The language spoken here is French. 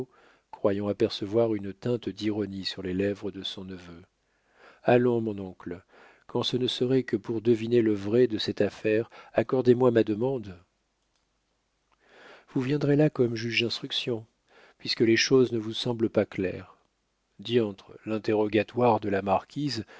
croyant apercevoir une teinte d'ironie sur les lèvres de son neveu allons mon oncle quand ce ne serait que pour deviner le vrai de cette affaire accordez-moi ma demande vous viendrez là comme juge d'instruction puisque les choses ne vous semblent pas claires diantre l'interrogatoire de la marquise